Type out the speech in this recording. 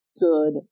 good